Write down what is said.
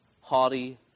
haughty